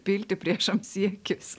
pilti priešams į akis